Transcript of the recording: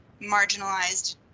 marginalized